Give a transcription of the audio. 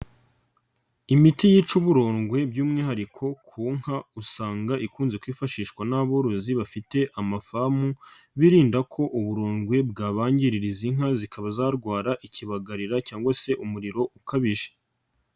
Imiti yica uburondwe by'umwihariko ku nka, usanga ikunze kwifashishwa n'aborozi bafite amafamu, birinda ko uburondwe bwabangiriza inka zikaba zarwara ikibagarira cyangwa se umuriro ukabije.